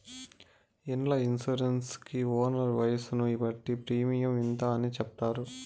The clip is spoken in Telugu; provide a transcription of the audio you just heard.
ఇండ్ల ఇన్సూరెన్స్ కి ఓనర్ వయసును బట్టి ప్రీమియం ఇంత అని చెప్తారు